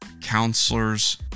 counselors